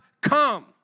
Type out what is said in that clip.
come